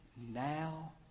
now